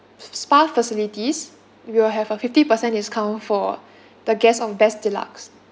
spa facilities we will have a fifty percent discount for the guest of best deluxe